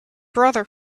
brother